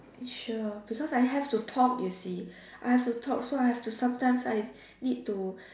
sure because I have to talk you see I have to talk so I have to sometimes I need to